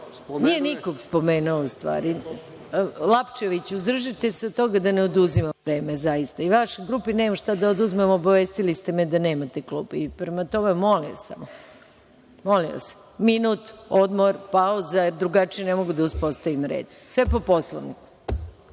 nije nikog spomenuo u stvar. Lapčeviću, uzdržite se od toga da ne oduzimam vreme. Vašoj grupi nemam šta da oduzmem, obavestili ste me da nemate klub. Prema tome, molim vas samo. Minut odmor, pauza, jer drugačije ne mogu da uspostavim red. Sve je po Poslovniku.